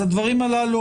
אז הדברים הללו,